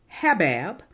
Habab